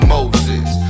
Moses